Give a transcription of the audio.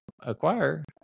acquire